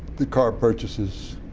the car purchases